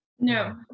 No